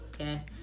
Okay